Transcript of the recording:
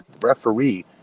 referee